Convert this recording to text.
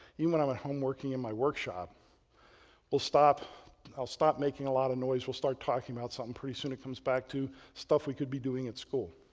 even when i'm at home working in my workshop will stop i'll stop making a lot of noise, we'll start talking about something pretty soon it comes back to stuff we could be doing at school.